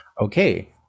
okay